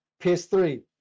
PS3